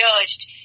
judged